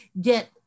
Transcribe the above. get